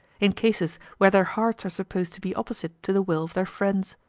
in cases where their hearts are supposed to be opposite to the will of their friends.